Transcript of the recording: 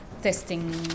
testing